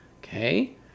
Okay